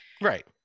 Right